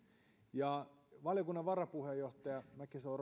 sanoa että valiokunnan varapuheenjohtaja mäkisalo